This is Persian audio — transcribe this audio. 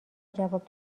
جواب